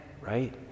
right